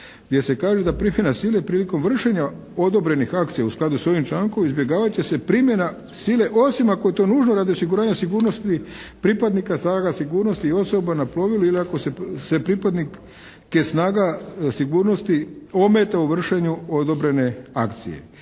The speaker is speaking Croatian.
gdje se kaže da primjena sile prilikom vršenja odobrenih akcija u skladu s ovim člankom izbjegavat će se primjena sile osim ako je to nužno radi osiguranja sigurnosti pripadnika snaga sigurnosti i osoba na plovilu ili ako se pripadnike snaga sigurnosti ometa u vršenju odobrene akcije.